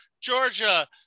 Georgia